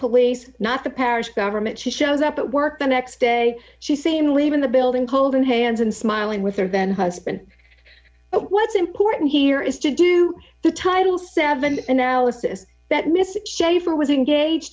police not the parish government she shows up at work the next day she same leaving the building cold in hands and smiling with her then husband what's important here is to do the title seven analysis that mr shafer was engaged